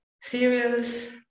cereals